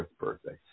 birthday